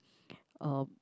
um